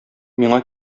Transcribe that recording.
миңа